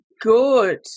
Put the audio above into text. good